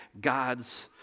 God's